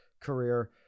career